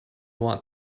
want